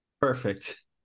Perfect